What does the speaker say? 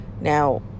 Now